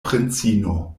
princino